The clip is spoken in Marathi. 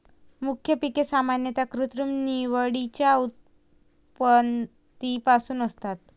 मुख्य पिके सामान्यतः कृत्रिम निवडीच्या उत्पत्तीपासून असतात